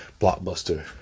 Blockbuster